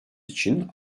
için